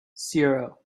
zero